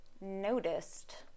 noticed